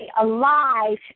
alive